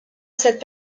cette